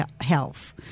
health